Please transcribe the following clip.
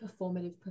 performative